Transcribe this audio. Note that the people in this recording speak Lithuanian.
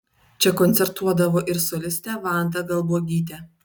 čia koncertuodavo ir solistė vanda galbuogytė